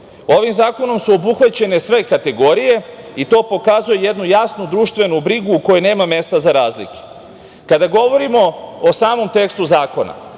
zakonom su obuhvaćene sve kategorije i to pokazuje jednu društvenu brigu u kojoj nema mesta za razlike. Kada govorimo o samom tekstu zakona,